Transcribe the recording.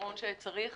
פתרון שצריך